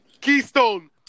Keystone